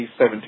17